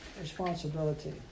responsibility